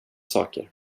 saker